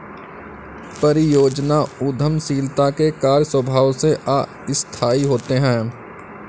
परियोजना उद्यमशीलता के कार्य स्वभाव से अस्थायी होते हैं